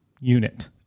unit